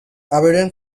audubon